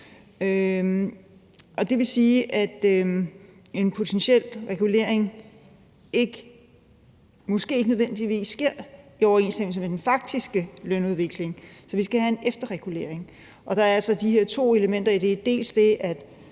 Det vil sige, at en potentiel regulering måske ikke nødvendigvis sker i overensstemmelse med den faktiske lønudvikling, så vi skal have en efterregulering. Der er altså de her to elementer i det, dels det, at